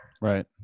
Right